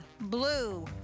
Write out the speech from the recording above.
blue